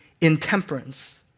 intemperance